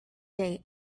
day